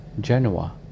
genoa